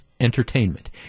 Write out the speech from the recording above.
entertainment